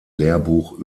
lehrbuch